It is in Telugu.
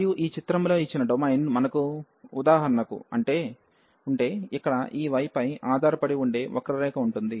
మరియు ఈ చిత్రంలో ఇచ్చిన డొమైన్ మనకు ఉదాహరణకు ఉంటే ఇక్కడ ఈ y పై ఆధారపడి ఉండే వక్ర రేఖ ఉంటుంది